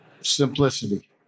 simplicity